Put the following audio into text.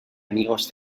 amigos